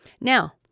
now